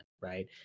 right